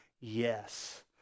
Yes